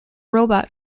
robot